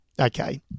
okay